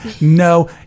no